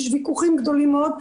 יש ויכוחים גדולים מאוד.